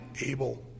able